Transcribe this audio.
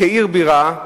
כעיר בירה,